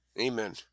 Amen